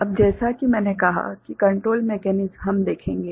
अब जैसा कि मैंने कहा कि कंट्रोल मेकेनिस्म हम देखेंगे